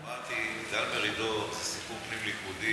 אמרתי שדן מרידור זה סיפור פנים-ליכודי.